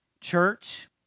church